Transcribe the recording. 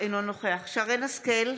אינו נוכח שרן השכל,